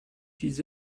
چیز